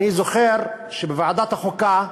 אני זוכר שבוועדת החוקה,